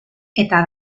eta